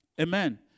Amen